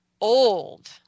old